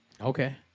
Okay